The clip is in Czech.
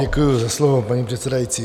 Děkuji za slovo, paní předsedající.